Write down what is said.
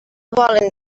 volen